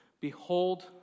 behold